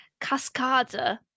Cascada